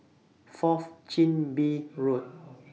Fourth Chin Bee Road